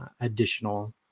additional